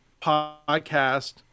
podcast